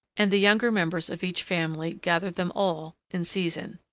and the younger members of each family gathered them all in season.